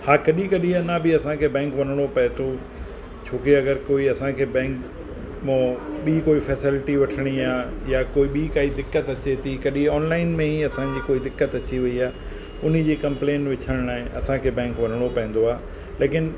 हा कॾहिं कॾहिं अञा बि असांखे बैंक वञिणो पिए थो छो कि अगरि कोई असांखे बैंक मां बि कोई फैसिलिटी वठिणी आहे या कोई बि काई दिक़त अचे थी कॾहिं ऑनलाइन में ई असांजी कोई दिक़त अची वेई आहे हुनजी कंप्लेन विझण लाइ असांखे बैंक वञिणो पवंदो आहे लेकिनि